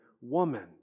woman